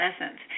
essence